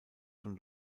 von